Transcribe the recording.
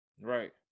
Right